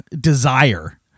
desire